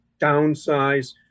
downsize